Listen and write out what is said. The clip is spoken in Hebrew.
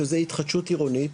שזה התחדשות עירונית,